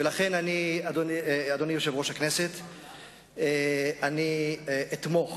ולכן, אדוני יושב-ראש הכנסת, אני אתמוך